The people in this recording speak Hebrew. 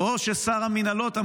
--- חבורת הטרלות.